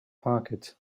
pocket